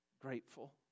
grateful